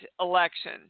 election